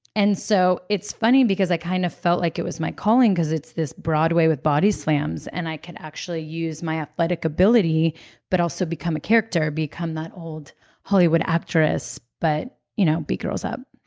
and so it's funny because i kind of felt like it was my calling because it's this broadway with body slams, and i could actually use my athletic ability but also become a character because that old hollywood actress but you know beat girls up